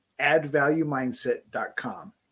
addvaluemindset.com